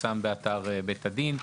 תפורסם באתר בית הדין.